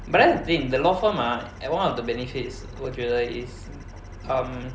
but that's the thing the law firm ah one of the benefits 我觉得 is um